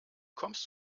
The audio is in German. kommst